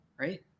Right